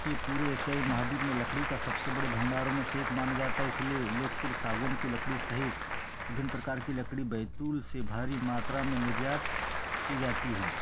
कि पूरी एशियाई महाद्वीप में लड़की का सबसे बड़े भंडारों में से एक माना जाता है इसीलिए लोगप्रिय सागून की लकड़ी सहित भिन्न प्रकार की लकड़ी बैतूल से भारी मात्रा में निर्यात की जाती है